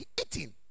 eating